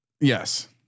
Yes